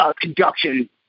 conduction